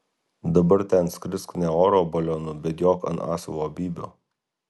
dabar ten skrisk ne oro balionu bet jok ant asilo bybio